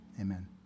Amen